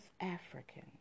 African